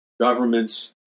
government's